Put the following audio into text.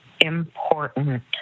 important